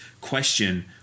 question